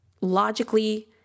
Logically